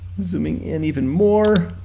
zooming in even more.